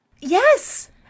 Yes